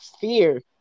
fear